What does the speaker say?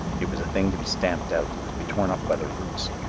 it was a thing to be stamped out, to be torn up by the roots.